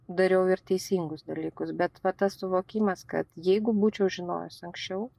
dariau ir teisingus dalykus bet va tas suvokimas kad jeigu būčiau žinojus anksčiau